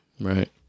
Right